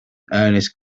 ernest